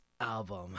album